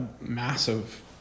massive